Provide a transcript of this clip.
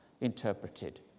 interpreted